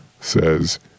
says